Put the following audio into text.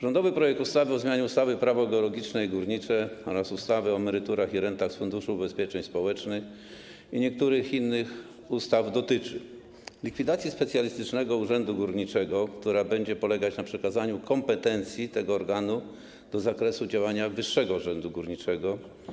Rządowy projekt ustawy o zmianie ustawy - Prawo geologiczne i górnicze, ustawy o emeryturach i rentach z Funduszu Ubezpieczeń Społecznych oraz niektórych innych ustaw dotyczy likwidacji Specjalistycznego Urzędu Górniczego, która będzie polegać na przekazaniu kompetencji tego organu do zakresu działania Wyższego Urzędu Górniczego.